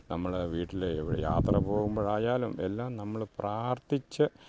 നമ്മൾ വീട്ടിൽ എവ് യാത്ര പോകുമ്പോഴായാലും എല്ലാം നമ്മൾ പ്രാർത്ഥിച്ച്